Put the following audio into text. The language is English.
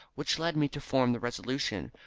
which led me to form the resolution,